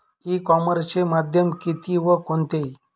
E कॉमर्सचे माध्यम किती व कोणते?